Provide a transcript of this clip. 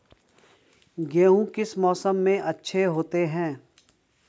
गेहूँ किस मौसम में अच्छे होते हैं?